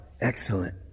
Excellent